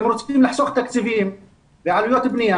הם רוצים לחסוך תקציבים ועלויות בניה